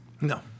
No